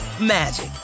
magic